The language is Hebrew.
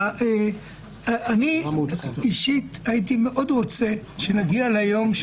אני אישית הייתי מאוד רוצה שנגיע ליום,